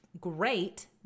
great